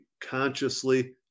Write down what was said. consciously